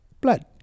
blood